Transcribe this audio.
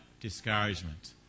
discouragement